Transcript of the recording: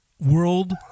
world